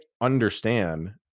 understand